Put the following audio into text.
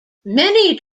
many